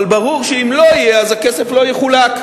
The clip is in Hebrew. אבל ברור שאם לא יהיה, אז הכסף לא יחולק.